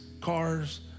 cars